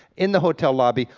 in the hotel lobby,